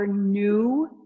new